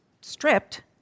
stripped